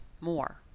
more